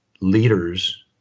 leaders